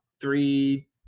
three